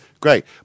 Great